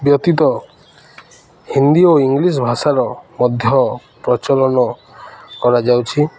ବ୍ୟତୀତ ହିନ୍ଦୀ ଓ ଇଂଲିଶ ଭାଷାର ମଧ୍ୟ ପ୍ରଚଳନ କରାଯାଉଛି